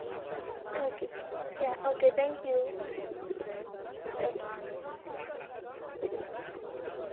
okay या okay thank you okay